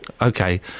Okay